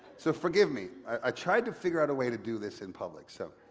so forgive me. i tried to figure out a way to do this in public, so